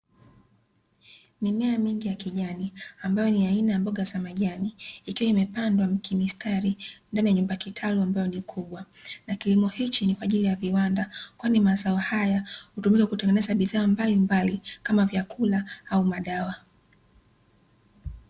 Mimea mingi ya kijani ambayo ni aina ya mboga za majani, ikiwa imepandwa kimistari ndani ya nyumba kitalu ambayo ni kubwa. Na kilimo hichi ni kwa ajili ya viwanda kwani mazao haya, hutumika kutengeneza bidhaa mbalimbali, kama vyakula au madawa.